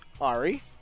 Ari